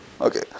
Okay